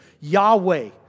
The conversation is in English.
Yahweh